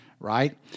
Right